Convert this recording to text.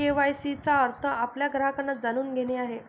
KYC चा अर्थ आपल्या ग्राहकांना जाणून घेणे आहे